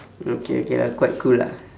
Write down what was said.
okay okay lah quite cool lah